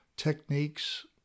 techniques